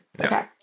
Okay